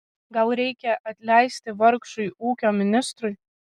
gal reikia atleisti vargšui ūkio ministrui